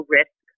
risk